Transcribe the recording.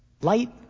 light